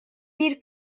bir